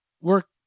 work